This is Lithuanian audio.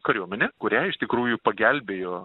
kariuomenė kuriai iš tikrųjų pagelbėjo